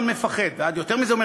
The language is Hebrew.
ואף יותר מזה,